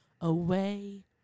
away